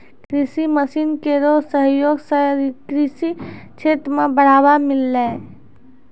कृषि मसीन केरो सहयोग सें कृषि क्षेत्र मे बढ़ावा मिललै